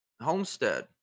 Homestead